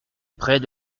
près